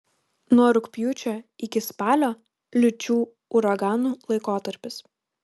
nuo rugpjūčio iki spalio liūčių uraganų laikotarpis